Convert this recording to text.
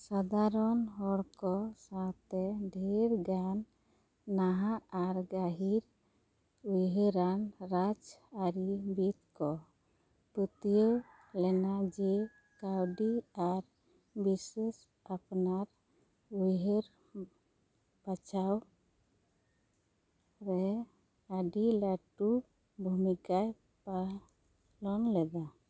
ᱥᱟᱫᱷᱟᱨᱚᱱ ᱦᱚᱲ ᱠᱚ ᱥᱟᱶᱛᱮ ᱰᱷᱮᱨᱜᱟᱱ ᱱᱟᱦᱟᱜ ᱟᱨ ᱜᱟᱹᱦᱤᱨ ᱩᱭᱦᱟᱹᱨᱟᱱ ᱨᱟᱡᱽᱟᱹᱨᱤ ᱵᱤᱫᱽ ᱠᱚ ᱯᱟᱹᱛᱭᱟᱹᱣ ᱞᱮᱱᱟ ᱡᱮ ᱠᱟᱹᱣᱰᱤ ᱟᱨ ᱵᱤᱥᱮᱥ ᱟᱯᱱᱟᱨ ᱩᱭᱦᱟᱹᱨ ᱵᱟᱪᱟᱣ ᱨᱮ ᱟᱹᱰᱤ ᱞᱟᱹᱴᱩ ᱵᱷᱩᱢᱤᱠᱟᱭ ᱯᱟᱞᱚᱱ ᱞᱮᱫᱟ